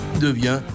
devient